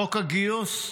חוק הגיוס.